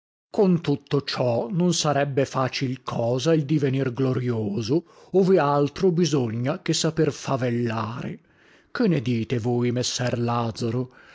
con tutto ciò non sarebbe facil cosa il divenir glorioso ove altro bisogna che saper favellare che ne dite voi messer lazaro